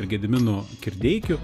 gediminu kirdeikiu